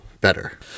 better